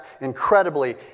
incredibly